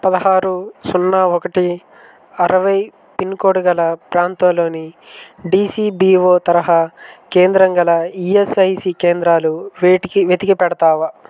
పదహారు సున్నా ఒకటి అరవై పిన్కోడ్ గల ప్రాంతంలోని డిసిబిఓ తరహా కేంద్రం గల ఈఎస్ఐసి కేంద్రాలు వేటికి వెతికి పెడతావా